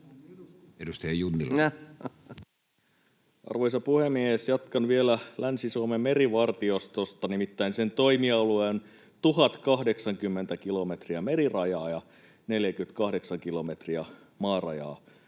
20:03 Content: Arvoisa puhemies! Jatkan vielä Länsi-Suomen merivartiostosta: Nimittäin sen toimialue on 1 080 kilometriä merirajaa ja 48 kilometriä maarajaa